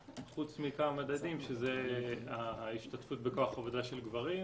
חוץ מכמה מדדים שהם ההשתתפות בכוח העבודה של גברים,